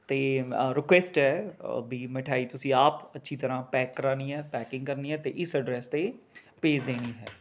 ਅਤੇ ਰਿਕਵੈਸਟ ਹੈ ਵੀ ਮਿਠਾਈ ਤੁਸੀ ਆਪ ਅੱਛੀ ਤਰ੍ਹਾਂ ਪੈਕ ਕਰਵਾਉਣੀ ਹੈ ਪੈਕਿੰਗ ਕਰਨੀ ਹੈ ਅਤੇ ਇਸ ਐਡਰੈੱਸ 'ਤੇ ਭੇਜ ਦੇਣੀ ਹੈ